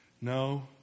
No